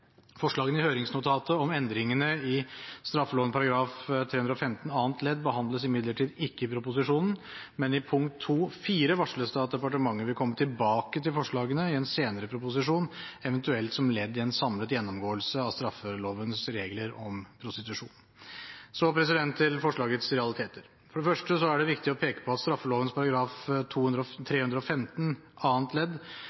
Forslagene i høringsnotatet om endringene i straffeloven § 315 annet ledd behandles imidlertid ikke i proposisjonen, men i punkt 2.4 varsles det at departementet vil komme tilbake til forslagene i en senere proposisjon, eventuelt som ledd i en samlet gjennomgåelse av straffelovens regler om prostitusjon. Så til forslagets realiteter. For det første er det viktig å peke på at